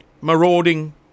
marauding